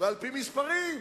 ועל-פי מספרים,